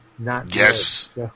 Yes